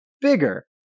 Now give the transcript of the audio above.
bigger